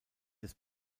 des